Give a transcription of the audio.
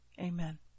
Amen